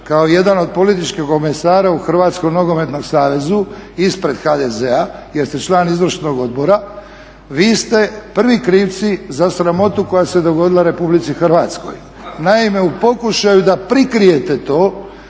kao jedan od političkih komesara u Hrvatskom nogometnom savezu ispred HDZ-a, jer ste član izvršnog odbora, vi ste prvi krivci za sramotu koja se dogodila RH. Naime, u pokušaju da prikrijete to,